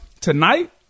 tonight